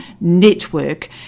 Network